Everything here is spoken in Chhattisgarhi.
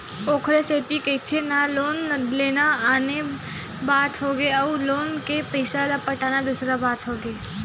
ओखरे सेती कहिथे ना लोन लेना आने बात होगे अउ लोन के पइसा ल पटाना दूसर बात होगे